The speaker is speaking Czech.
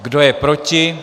Kdo je proti?